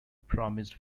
promised